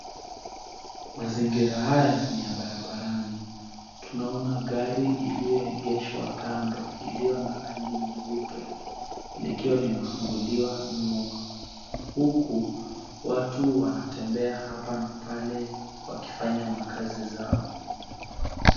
Mazingira haya ni ya barabarani tunaona gari ilioegeshwa kando ililio na rangi nyeupe likiwa limefunguliwa nyuma huku watu wakitembea hapa na pale wakifanya makazi zao.